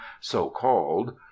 so-called